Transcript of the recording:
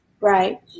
right